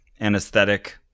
anesthetic